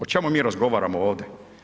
O čemu mi razgovaramo ovdje?